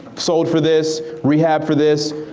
sold for this, rehab for this,